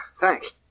Thanks